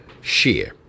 share